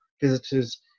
visitors